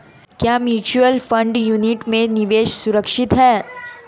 क्या mutual fund unit में निवेश सुरक्षित है?